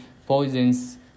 poison's